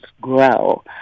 grow